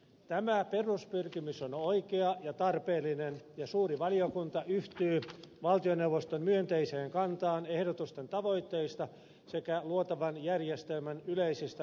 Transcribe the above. tämä peruspyrkimys on oikea ja tarpeellinen ja suuri valiokunta yhtyy valtioneuvoston myönteiseen kantaan ehdotusten tavoitteista sekä luotavan järjestelmän yleisistä rakenteista